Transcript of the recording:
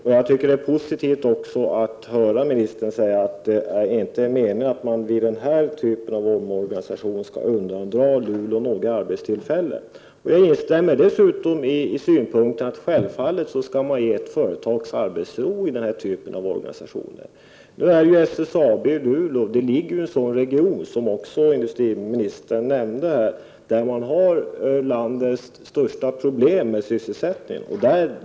Det är också positivt att höra industriministern säga att det inte är meningen att man vid den här typen av omorganisationer skall undandra Luleå några arbetstillfällen. Dessutom instämmer jag i synpunkten att man självfallet skall ge ett företag arbetsro vid denna typ av omorganisationer. SSABi Luleå ligger, som industriministern nämnde, i en region där landets största problem med sysselsättningen finns.